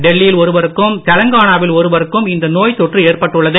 டெல்லியில் ஒருவருக்கும் தெலங்கானாவில் ஒருவருக்கும் இந்த நோய்த்தொற்று ஏற்பட்டுள்ளது